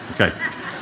Okay